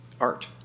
art